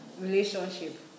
relationship